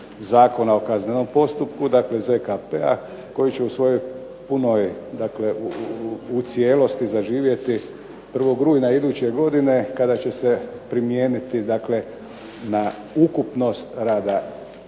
Zakona o kaznenom postupku dakle ZKP-a koji će u svojoj punoj dakle u cijelosti zaživjeti 1. rujna iduće godine kada će se primijeniti dakle na ukupnost rada